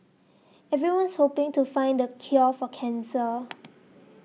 everyone's hoping to find the cure for cancer